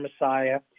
Messiah